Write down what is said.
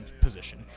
position